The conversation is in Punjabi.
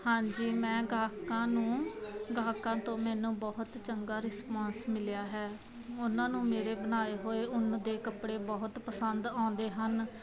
ਹਾਂਜੀ ਮੈਂ ਗਾਹਕਾਂ ਨੂੰ ਗਾਹਕਾਂ ਤੋਂ ਮੈਨੂੰ ਬਹੁਤ ਚੰਗਾ ਰਿਸਪਾਂਸ ਮਿਲਿਆ ਹੈ ਉਹਨਾਂ ਨੂੰ ਮੇਰੇ ਬਣਾਏ ਹੋਏ ਉੱਨ ਦੇ ਕੱਪੜੇ ਬਹੁਤ ਪਸੰਦ ਆਉਂਦੇ ਹਨ